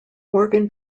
morgan